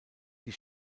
die